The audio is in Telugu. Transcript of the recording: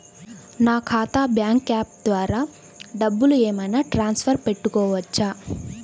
నా ఖాతా బ్యాంకు యాప్ ద్వారా డబ్బులు ఏమైనా ట్రాన్స్ఫర్ పెట్టుకోవచ్చా?